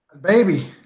Baby